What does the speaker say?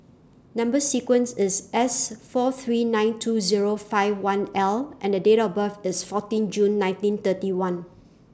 Number sequence IS S four three nine two Zero five one L and Date of birth IS fourteen June nineteen thirty one